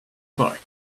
bike